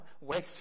waste